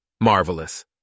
Marvelous